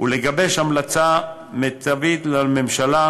ולגבש המלצה מיטבית לממשלה,